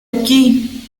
aquí